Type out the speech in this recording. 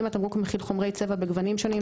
אם התמרוק מכיל חומרי צבע בגוונים שונים,